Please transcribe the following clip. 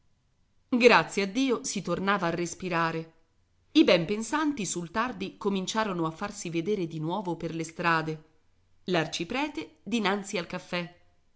grazie a dio si tornava a respirare i ben pensanti sul tardi cominciarono a farsi vedere di nuovo per le strade l'arciprete dinanzi al caffè